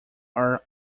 are